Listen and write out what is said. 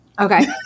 Okay